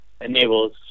enables